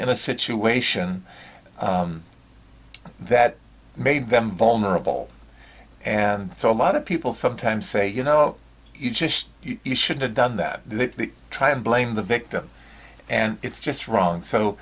in a situation that made them vulnerable and so a lot of people sometimes say you know you just you should've done that they try to blame the victim and it's just wrong so